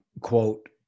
quote